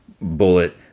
bullet